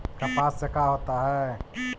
कपास से का होता है?